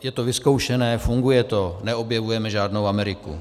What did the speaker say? Je to vyzkoušené, funguje to, neobjevujeme žádnou Ameriku.